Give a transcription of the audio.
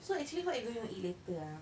so actually what you gonna eat later ah